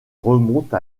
remonte